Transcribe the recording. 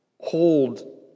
hold